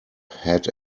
had